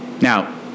Now